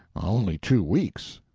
only two weeks.